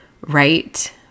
right